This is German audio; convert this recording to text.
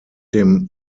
dem